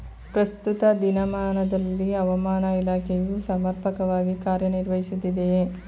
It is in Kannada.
ಪ್ರಸ್ತುತ ದಿನಮಾನದಲ್ಲಿ ಹವಾಮಾನ ಇಲಾಖೆಯು ಸಮರ್ಪಕವಾಗಿ ಕಾರ್ಯ ನಿರ್ವಹಿಸುತ್ತಿದೆಯೇ?